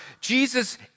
Jesus